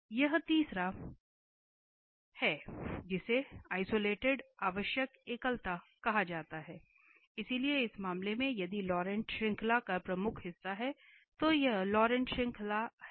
तो यह तीसरा है जिसे आइसोलेटेड आवश्यक एकलता कहा जाता है इसलिए इस मामले में यदि लॉरेंट श्रृंखला का प्रमुख हिस्सा है तो यह लॉरेंट श्रृंखला है